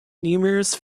numerous